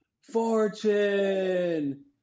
Fortune